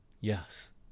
yes